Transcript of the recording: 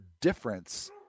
difference